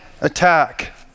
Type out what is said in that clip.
attack